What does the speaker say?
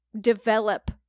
develop